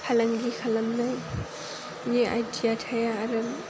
फालांगि खालामनायनि आयडिया थाया आरो